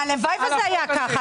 הלוואי שזה היה כך.